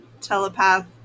telepath